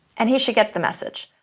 and he should get the message.